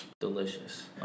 delicious